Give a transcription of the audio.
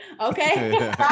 Okay